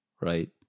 right